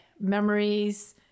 memories